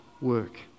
work